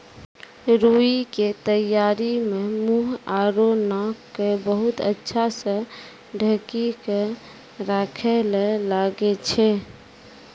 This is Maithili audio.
रूई के तैयारी मं मुंह आरो नाक क बहुत अच्छा स ढंकी क राखै ल लागै छै